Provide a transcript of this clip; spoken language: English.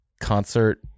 concert